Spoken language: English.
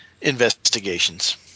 investigations